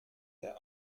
der